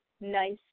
nice